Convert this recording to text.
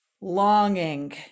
longing